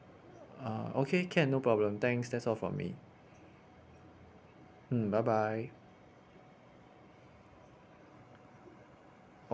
uh okay can no problem thanks that's all from me mm bye bye